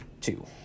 two